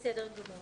טוב, בסדר גמור.